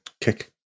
kick